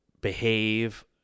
behave